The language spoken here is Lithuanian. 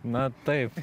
na taip